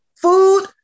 food